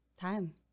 time